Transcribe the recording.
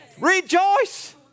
Rejoice